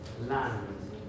land